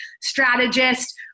strategist